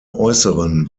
äußeren